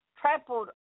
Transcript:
Trampled